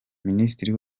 minisitiri